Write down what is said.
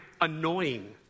Annoying